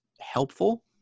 helpful